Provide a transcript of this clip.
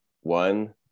one